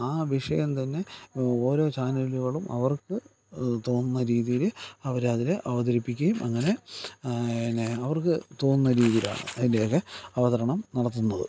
ആ വിഷയം തന്നെ ഓരോ ചാനലുകളും അവർക്ക് തോന്നുന്ന രീതിയിൽ അവർ അതിനെ അവതരിപ്പിക്കുകയും അങ്ങനെ പിന്നെ അവർക്ക് തോന്നുന്ന രീതിയിലാണ് അതിൻ്റെ ഒക്കെ അവതരണം നടത്തുന്നത്